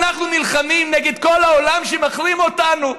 אנחנו נלחמים נגד כל העולם שמחרים אותנו,